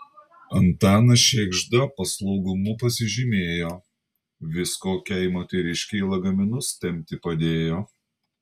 antanas šėgžda paslaugumu pasižymėjo vis kokiai moteriškei lagaminus tempti padėjo